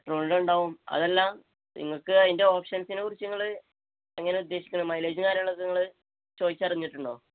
പെട്രോളിൽ ഉണ്ടാവും അതെല്ലാം നിങ്ങൾക്ക് അതിൻ്റെ ഓപ്ഷൻസിനെ കുറിച്ച് നിങ്ങൾ എങ്ങനെ ഉദ്ദേശിക്കുന്നത് മൈലേജും കാര്യങ്ങളൊക്കെ നിങ്ങൾ ചോദിച്ചറിഞ്ഞിട്ടുണ്ടോ